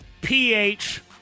ph